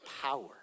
power